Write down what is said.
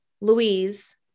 Louise